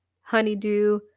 honeydew